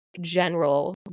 general